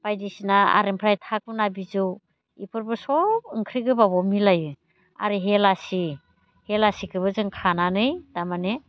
बायदिसिना आरो ओमफ्राय थागुना बिजौ बेफोरबो सब ओंख्रि गोबाबाव मिलायो आरो हेलासि हेलासिखौबो जों खानानै तारमाने